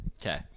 Okay